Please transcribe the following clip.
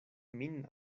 min